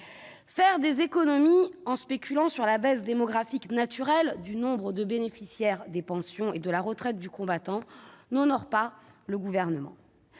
Faire des économies en spéculant sur la baisse démographique naturelle du nombre de bénéficiaires des pensions et de la retraite du combattant n'honore pas le Gouvernement.